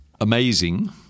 amazing